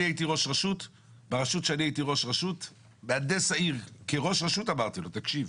אני הייתי ראש רשות ואמרתי למהנדס העיר: תקשיב,